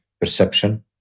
perception